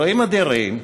אלוהים אדירים,